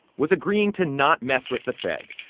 was agreeing to not mess with the fed.